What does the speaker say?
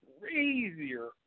Crazier